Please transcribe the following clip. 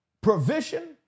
provision